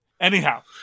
Anyhow